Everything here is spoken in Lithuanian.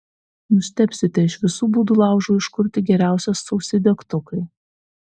nustebsite iš visų būdų laužui užkurti geriausias sausi degtukai